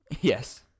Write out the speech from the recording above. yes